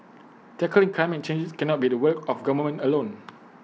tackling climate change cannot be the work of the government alone